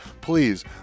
please